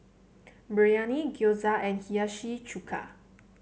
Biryani Gyoza and Hiyashi Chuka